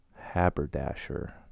Haberdasher